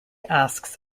asks